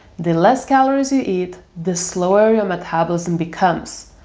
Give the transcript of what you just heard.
the less calories you eat, the slower your metabolism becomes.